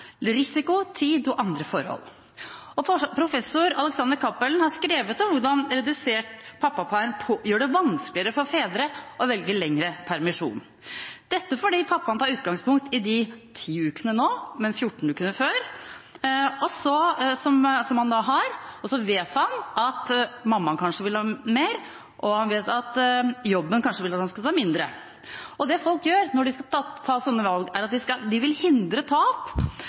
risiko, tid og andre forhold. Professor Alexander W. Cappelen har skrevet om hvordan redusert pappaperm gjør det vanskeligere for fedre å velge lengre permisjon. Dette fordi pappaen tar utgangspunkt i de ti ukene som han har nå – mot 14 uker før – og så vet han at mammaen kanskje vil ha mer, og han vet at jobben kanskje vil at han skal ta mindre. Det folk gjør når de skal ta sånne valg, er at de vil hindre tap